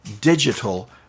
digital